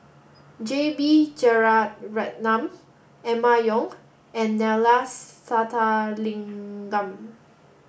J B Jeyaretnam Emma Yong and Neila Sathyalingam